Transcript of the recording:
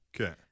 Okay